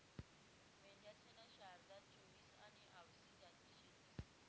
मेंढ्यासन्या शारदा, चोईस आनी आवसी जाती शेतीस